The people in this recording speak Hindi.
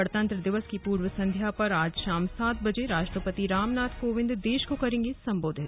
गणतंत्र दिवस की पूर्व संध्या पर आज शाम सात बजे राष्ट्रपति रामनाथ कोविंद देश को करेंगे संबोधित